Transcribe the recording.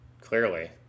Clearly